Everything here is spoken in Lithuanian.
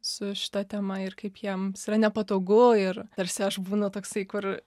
su šita tema ir kaip jiems yra nepatogu ir tarsi aš būna toksai kur